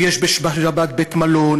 ויש בשבת בית-מלון,